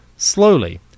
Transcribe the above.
Slowly